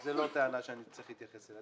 אם כן, זאת לא טענה שאני צריך להתייחס אליה.